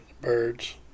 Birds